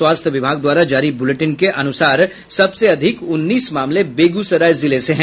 स्वास्थ्य विभाग द्वारा जारी बुलेटिन के अनुसार सबसे अधिक उन्नीस मामले बेगूसराय जिले से हैं